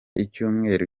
icyumweru